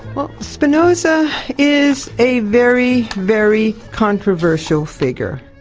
well, spinoza is a very, very controversial figure.